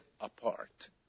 apart